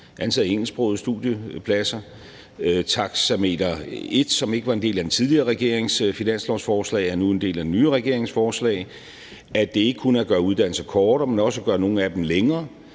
af engelsksprogede studiepladser; at taxameter 1, som ikke var en del af den tidligere regerings finanslovsforslag, nu er en del af den nye regerings forslag; at det ikke kun handler om at gøre uddannelser kortere, men også at gøre nogle af dem længere;